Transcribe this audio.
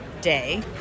day